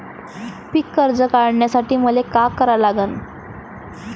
पिक कर्ज काढासाठी मले का करा लागन?